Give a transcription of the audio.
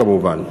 כמובן.